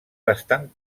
bastant